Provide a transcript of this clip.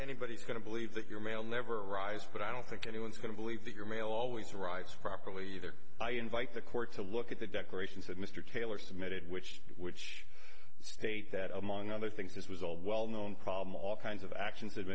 anybody's going to believe that your mail never arise but i don't think anyone's going to believe that your mail always arrives properly either i invite the court to look at the declaration said mr taylor submitted which which state that among other things this was all well known problem all kinds of actions ha